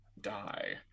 die